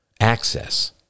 access